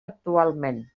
actualment